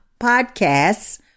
podcasts